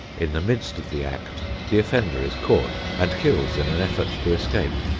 in the midst of the act the offender is caught, and kills in an effort to escape.